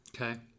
Okay